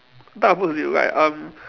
what type of books do you like um